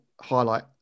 highlight